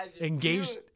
engaged